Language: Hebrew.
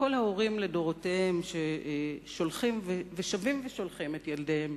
כל ההורים לדורותיהם ששולחים ושבים ושולחים את ילדיהם